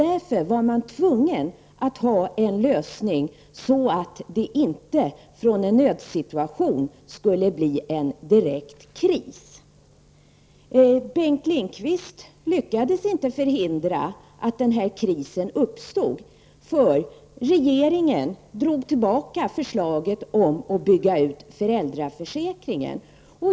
Därför var man tvungen att ha en lösning så att man inte skulle gå från en nödsituation till en direkt kris. Bengt Lindqvist lyckades inte förhindra att den här krisen uppstod eftersom regeringen drog tillbaka förslaget om att bygga ut föräldraförsäkringen.